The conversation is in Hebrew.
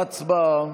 הצבעה.